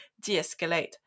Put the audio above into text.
de-escalate